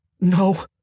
No